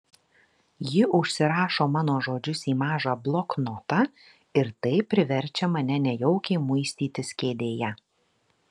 ji užsirašo mano žodžius į mažą bloknotą ir tai priverčia mane nejaukiai muistytis kėdėje